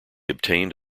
obtained